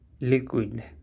liquid